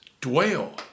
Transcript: dwell